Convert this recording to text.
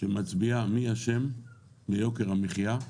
שמצביעה מי אשם ביוקר המחיה,